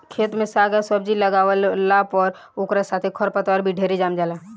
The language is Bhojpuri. खेत में साग आ सब्जी लागावला पर ओकरा साथे खर पतवार भी ढेरे जाम जाला